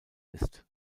ist